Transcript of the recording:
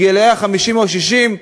גילאי 50 או 60,